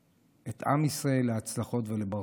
את עם ישראל להצלחות ולברכות.